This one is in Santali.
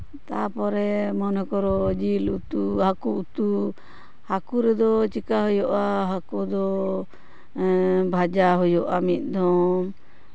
ᱛᱟᱨᱯᱚᱨᱮ ᱢᱚᱱᱮ ᱠᱚᱨᱚ ᱡᱤᱞ ᱩᱛᱩ ᱦᱟᱠᱩ ᱩᱛᱩ ᱦᱟᱠᱩ ᱨᱮᱫᱚ ᱪᱤᱠᱟᱹ ᱦᱩᱭᱩᱜᱼᱟ ᱦᱟᱠᱩ ᱫᱚ ᱵᱷᱟᱹᱡᱤ ᱦᱩᱭᱩᱜᱼᱟ ᱢᱤᱫ ᱫᱷᱟᱣ